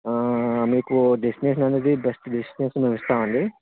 మీకు డెస్టినేషన్ అనేది best destination మేము ఇస్తామండి